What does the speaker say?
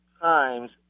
times